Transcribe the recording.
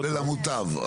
לטוב ולמוטב,